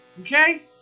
Okay